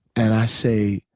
and i say,